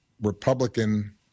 Republican